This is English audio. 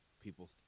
people